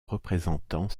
représentant